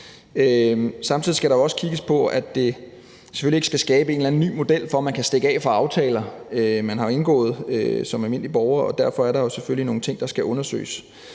Samtidig skal der også kigges på, at det selvfølgelig ikke skal skabe en eller anden ny model for, at man kan stikke af fra aftaler, man har indgået som almindelig borger, og derfor er der jo nogle ting, der skal undersøges.